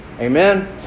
Amen